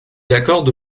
accorde